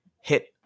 hit